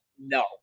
No